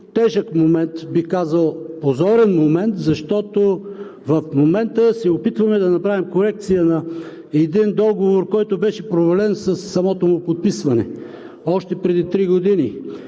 тежък момент, бих казал, позорен момент, защото в момента се опитваме да направим корекция на един договор, който беше провален със самото му подписване още преди три години.